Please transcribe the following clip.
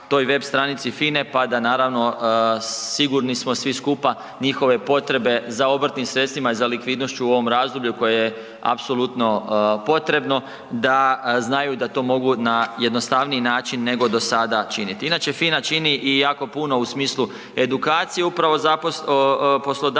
toj web stranici FINA-e, pa da naravno, sigurni smo svi skupa, njihove potrebe za obrtnim sredstvima i za likvidnošću u ovom razdoblju koje je apsolutno potrebno da znaju da to mogu na jednostavniji način nego do sada činiti. Inače FINA čini i jako puno u smislu edukacije upravo poslodavaca,